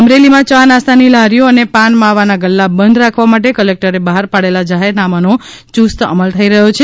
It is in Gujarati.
અમરેલી માં ચા નાસ્તા ની લારીઓ અને પાન માવા ના ગલ્લા બંધ રાખવા માટે કલેકટરે બહાર પડેલા જાહેરનામાન ચુસ્ત અમલ થઈ રહ્યો છે